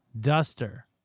Duster